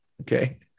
Okay